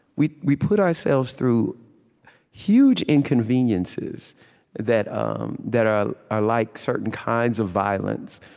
we we put ourselves through huge inconveniences that um that are are like certain kinds of violence,